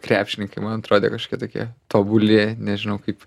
krepšininkai man atrodė kažkokie tokie tobuli nežinau kaip